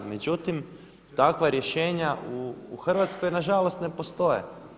Međutim, takva rješenja u Hrvatskoj na žalost ne postoje.